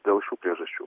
dėl šių priežasčių